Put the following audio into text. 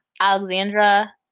Alexandra